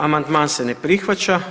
Amandman se ne prihvaća.